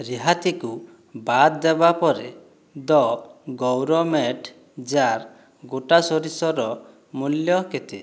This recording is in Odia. ରିହାତିକୁ ବାଦ୍ ଦେବା ପରେ ଦ ଗୌରମେଟ୍ ଯାର୍ ଗୋଟା ସୋରିଷର ମୂଲ୍ୟ କେତେ